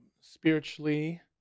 spiritually